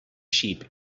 sheep